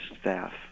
staff